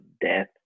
death